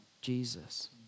Jesus